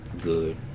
Good